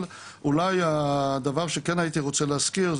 אבל אולי הדבר שכן הייתי רוצה להזכיר,